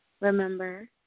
remember